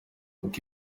uko